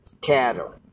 cattle